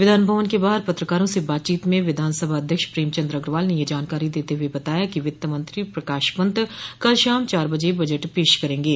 विधानभवन के बाहर पत्रकारों से बातचीत में विधानसभा अध्यक्ष प्रेमचंद अग्रवाल ने ये जानकारी देते हुए बताया कि वित्त मंत्री प्रकाश पंत कल शाम चार बजे बजट पेश करेंगे